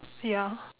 ya